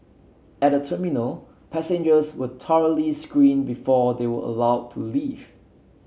at the terminal passengers were thoroughly screened before they were allowed to leave